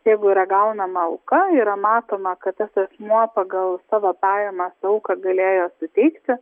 jeigu yra gaunama auka yra matoma kad tas asmuo pagal savo pajamas auką galėjo suteikti